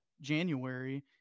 january